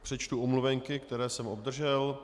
Přečtu omluvenky, které jsem obdržel.